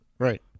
Right